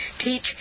Teach